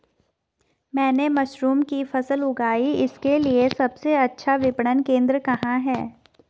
मैंने मशरूम की फसल उगाई इसके लिये सबसे अच्छा विपणन केंद्र कहाँ है?